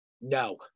No